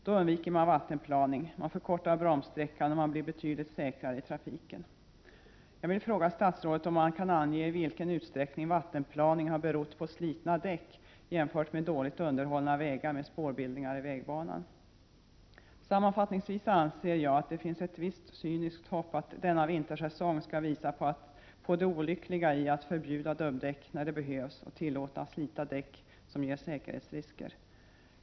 Då undviker man vattenplaning, man förkortar bromssträckan och man blir betydligt säkrare i trafiken. Sammanfattningsvis anser jag att det finns ett visst cyniskt hopp att denna vintersäsong skall visa på det olyckliga i att förbjuda dubbdäck när de behövs och tillåta slitna däck som ger säkerhetsrisker.